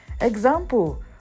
Example